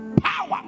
power